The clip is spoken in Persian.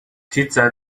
تیتر